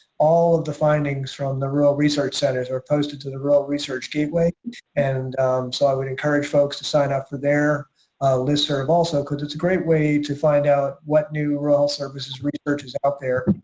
all of the findings from the rural research centers are posted to the rural research gateway and so i would encourage folks to sign up for their listserv also because it's a great way to find out what new rural services research is out there.